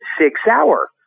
six-hour